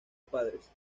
padres